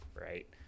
Right